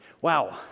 Wow